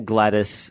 Gladys